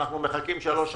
שאנחנו מחכים שלוש שנים,